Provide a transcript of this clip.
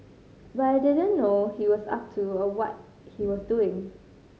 but I didn't know he was up to or what he was doing